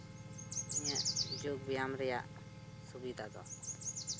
ᱤᱧᱟᱹᱜ ᱡᱳᱜᱽ ᱵᱮᱭᱟᱢ ᱨᱮᱭᱟᱜ ᱥᱩᱵᱤᱫᱷᱟ ᱫᱚ